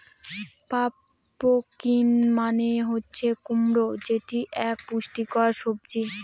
pumpkin মানে হচ্ছে কুমড়ো যেটি এক পুষ্টিকর সবজি